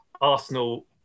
Arsenal